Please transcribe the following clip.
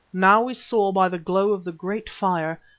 now we saw by the glow of the great fire,